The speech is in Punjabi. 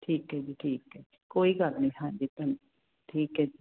ਕੋਈ ਗੱਲ ਨਹੀਂ ਹਾਂਜੀ ਠੀਕ ਹੈ